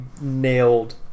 nailed